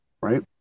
right